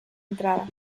entrada